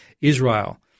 Israel